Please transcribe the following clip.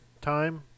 time